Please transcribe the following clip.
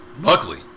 Luckily